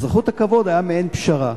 אזרחות הכבוד היתה מעין פשרה.